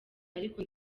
ariko